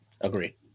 Agree